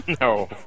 No